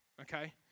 okay